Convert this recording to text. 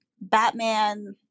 Batman